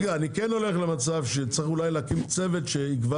אני כן הולך למצב שצריך אולי להקים צוות שיקבע